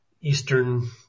Eastern